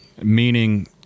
meaning